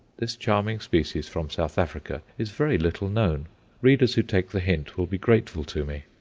this charming species from south africa is very little known readers who take the hint will be grateful to me.